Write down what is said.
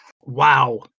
wow